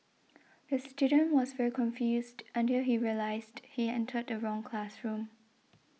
the student was very confused until he realised he entered the wrong classroom